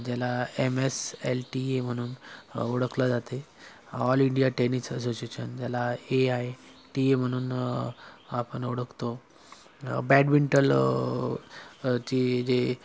ज्याला M S L T A म्हणून ओळखलं जाते ऑल इंडिया टेनिस असोशिशन ज्याला ए आय टी ए म्हणून आपण ओळखतो बॅडमिंटल ची जे